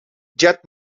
jet